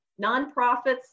nonprofits